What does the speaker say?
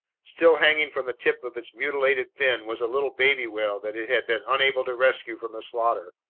still hanging from the tip of its mutilated fin was a little baby whale that it had been unable to rescue from the slaughter.